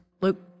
Luke